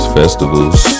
festivals